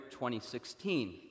2016